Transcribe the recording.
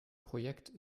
projekt